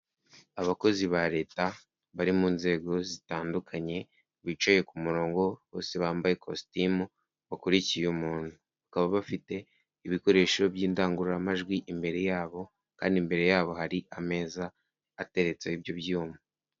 Abakozi ba leta bari mu nzego zitandukanye, bicaye ku murongo bose bambaye ikositimu bakurikiye umuntu, bakaba bafite ibikoresho by'indangururamajwi imbere yabo kandi imbere yabo hari ameza ateretse ibyo byuma.